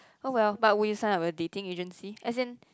oh well but would you sign up a dating agency as in